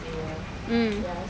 mm